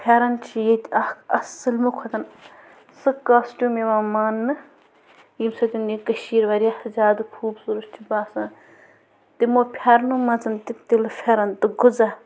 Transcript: فٮ۪رَن چھِ ییٚتہِ اکھ سالِمَۄ کھوتہٕ سُہ کاسٹیوٗم یِوان مانٛنہٕ ییٚمہِ سۭتۍ یہِ کٔشیٖر واریاہ زیادٕ خوٗبصوٗرَت چھِ باسان تِمَو فٮ۪رنَو منٛز تہِ تِلہٕ فٮ۪رَن تہٕ غُذا